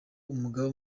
umugaba